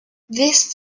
these